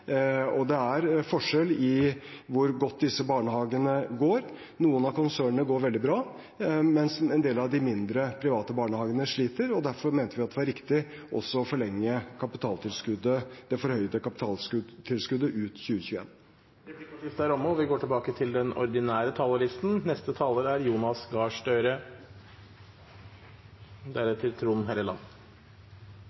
Og det er forskjell på hvor godt disse barnehagene går. Noen av konsernene går veldig bra, mens en del av de mindre private barnehagene sliter. Derfor mente vi det var riktig også å forlenge det forhøyede kapitaltilskuddet ut 2021. Replikkordskiftet er omme. Vi kan være på vei ut av pandemien i Norge. Fortsatt trengs en rettferdig krisepolitikk for bedrifter og arbeidsfolk som er